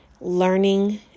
Learning